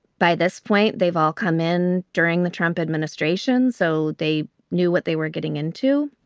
by this point, they've all come in during the trump administration. so they knew what they were getting into.